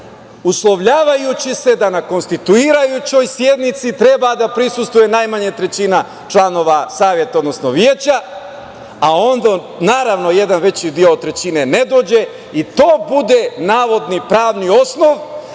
uslovljavajući se da na konstituirajućoj sednici treba da prisustvuje najmanje trećina članova saveta, odnosno veća, a onda, naravno, jedna veći deo trećine ne dođe i to bude navodni pravni osnov